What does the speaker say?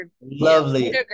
lovely